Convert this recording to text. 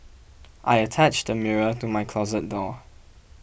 I attached a mirror to my closet door